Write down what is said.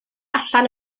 allan